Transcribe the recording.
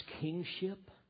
kingship